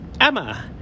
Emma